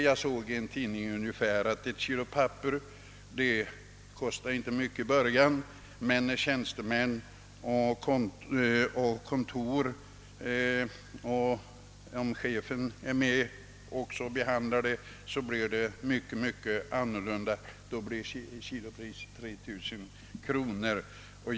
Jag läste i en tidning att ett kilo papper inte kostar mycket till en början, men när tjänstemännen vid ett kontor behandlat det, och särskilt om chefen också är med, blir kilopriset 3 000 kronor!